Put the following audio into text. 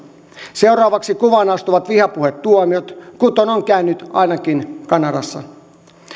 seuraavaksi kuvaan astuvat vihapuhetuomiot kuten on käynyt ainakin kanadassa